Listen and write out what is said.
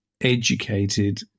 educated